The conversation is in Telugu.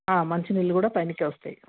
మంచినీళ్ళు కూడా పైనకి వస్తాయి